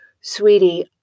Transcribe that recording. Sweetie